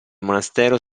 monastero